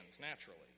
naturally